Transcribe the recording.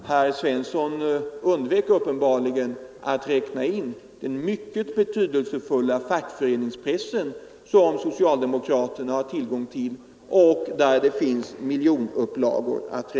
Herr Svensson undvek uppenbarligen att räkna in den mycket betydelsefulla fackföreningspressen, som socialdemokraterna har tillgång till och där det finns stora upplagor.